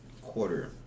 quarter